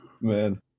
Man